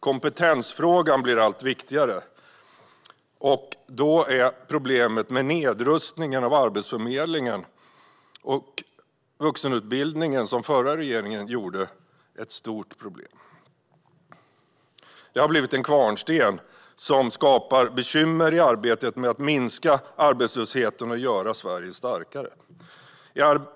Kompetensfrågan blir allt viktigare, vilket gör den förra regeringens nedrustning av Arbetsförmedlingen och vuxenutbildningen till ett stort problem; det har blivit en kvarnsten som skapar bekymmer i arbetet med att minska arbetslösheten och göra Sverige starkare.